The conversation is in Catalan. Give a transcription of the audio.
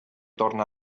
torna